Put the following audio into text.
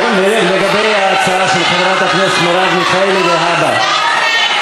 לגבי ההצעה של חברת הכנסת מרב מיכאלי, להבא,